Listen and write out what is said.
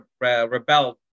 rebelled